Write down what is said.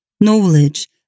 knowledge